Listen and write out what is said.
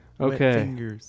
okay